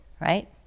Right